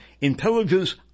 Intelligence